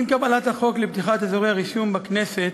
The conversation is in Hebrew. עם קבלת החוק לפתיחת אזורי רישום בכנסת,